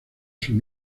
sus